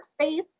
workspace